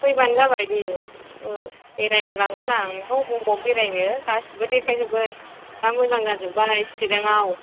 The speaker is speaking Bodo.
फैबानो जाबाय दे औ बेरायनो लांगोन आं नोंसो बबाव बेरायनो गासिबो देखायजोबगोन दा मोजां जाजोबबाय चिराङाव